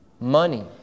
Money